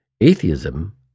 Atheism